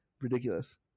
ridiculous